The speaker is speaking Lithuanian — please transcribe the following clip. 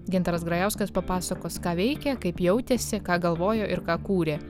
gintaras grajauskas papasakos ką veikė kaip jautėsi ką galvojo ir ką kūrė